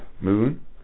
moon